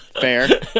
fair